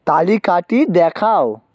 তালিকাটি দেখাও